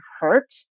hurt